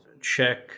check